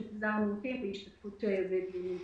שכולם של מיעוטים, להשתתפות בדיונים מקוונים.